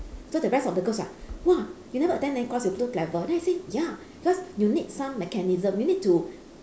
so the rest of the girls are !wah! you never attend the course you so clever then I said ya because you need some mechanism you need to